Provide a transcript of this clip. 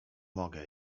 mogę